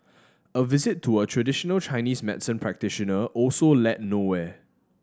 a visit to a traditional Chinese medicine practitioner also led nowhere